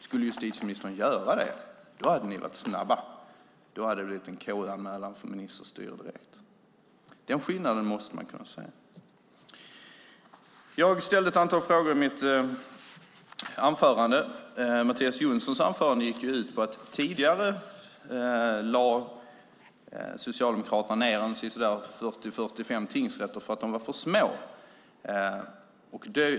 Skulle justitieministern göra det hade ni varit snabba. Då hade det blivit en KU-anmälan för ministerstyre direkt. Den skillnaden måste man kunna se. Jag ställde ett antal frågor i mitt anförande. Mattias Jonssons anförande gick ju ut på att Socialdemokraterna tidigare lade ned sisådär 40-45 tingsrätter för att de var för små.